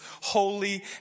holy